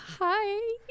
Hi